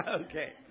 Okay